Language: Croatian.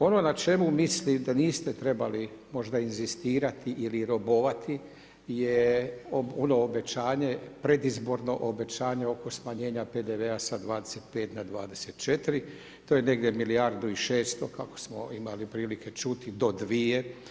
Ono na čemu mislim da niste trebali možda inzistirati ili robovati je ono obećanje, predizborno obećanje oko smanjenja PDV-a sa 25 na 24, to je negdje milijardu i 600, kako smo imali prilike čuti, do dvije.